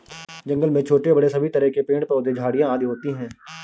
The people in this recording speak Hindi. जंगल में छोटे बड़े सभी तरह के पेड़ पौधे झाड़ियां आदि होती हैं